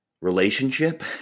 relationship